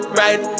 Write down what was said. right